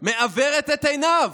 מעוורת את עיניו.